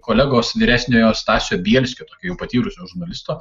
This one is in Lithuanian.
kolegos vyresniojo stasio bielskio tokio jau patyrusio žurnalisto